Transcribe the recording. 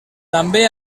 també